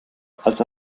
als